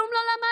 כלום לא למדנו?